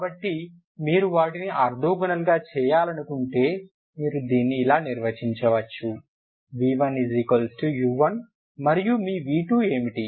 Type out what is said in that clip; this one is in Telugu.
కాబట్టి మీరు వాటిని ఆర్తోగోనల్గా చేయాలనుకుంటే మీరు దీన్ని ఇలా నిర్వచించవచ్చు v1u1 మరియు మీ v2 ఏమిటి